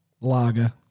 lager